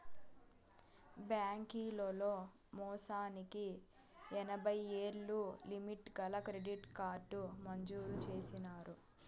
బాంకీలోల్లు మాసానికి ఎనభైయ్యేలు లిమిటు గల క్రెడిట్ కార్డు మంజూరు చేసినారు